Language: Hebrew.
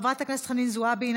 חברת הכנסת חנין זועבי,